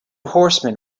horsemen